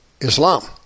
Islam